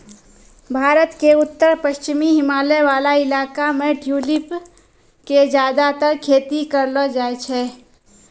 भारत के उत्तर पश्चिमी हिमालय वाला इलाका मॅ ट्यूलिप के ज्यादातर खेती करलो जाय छै